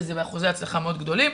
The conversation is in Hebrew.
וזה באחוזי הצלחה מאוד גדולים.